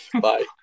Bye